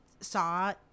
saw